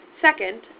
Second